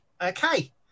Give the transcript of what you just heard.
Okay